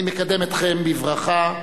אני מקדם אתכם בברכה,